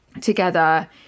together